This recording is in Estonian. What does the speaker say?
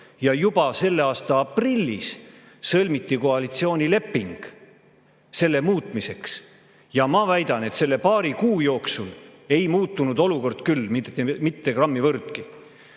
Ja juba selle aasta aprillis sõlmiti koalitsioonileping selle muutmiseks. Ma väidan, et selle paari kuu jooksul ei muutunud olukord küll mitte grammi võrragi.